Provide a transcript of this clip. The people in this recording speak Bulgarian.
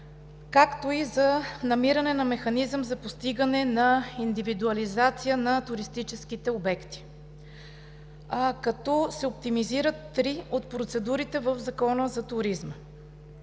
както и за намиране на механизъм за постигане на индивидуализация на туристическите обекти, като се оптимизират три от процедурите в Закона за туризма: